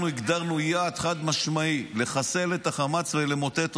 אנחנו הגדרנו יעד חד-משמעי: לחסל את החמאס ולמוטט אותו,